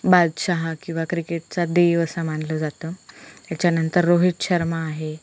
बादशहा किंवा क्रिकेटचा देव असं मानलं जातं त्याच्यानंतर रोहित शर्मा आहे